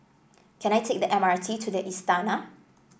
can I take the M R T to the Istana